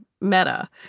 Meta